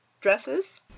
dresses